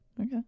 Okay